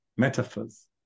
metaphors